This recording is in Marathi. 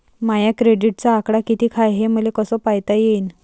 माया क्रेडिटचा आकडा कितीक हाय हे मले कस पायता येईन?